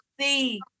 see